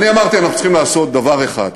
אני אמרתי: אנחנו צריכים לעשות דבר אחד,